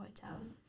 hotels